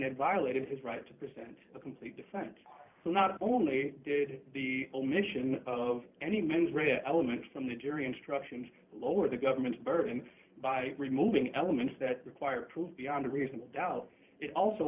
it violated his right to present a complete defense so not only did the omission of any mens rea element from the jury instructions over the government's burden by removing elements that require proof beyond a reasonable doubt it also